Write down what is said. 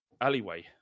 alleyway